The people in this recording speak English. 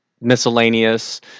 miscellaneous